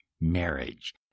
marriage